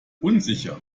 unsicher